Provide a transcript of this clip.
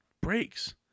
breaks